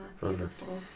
beautiful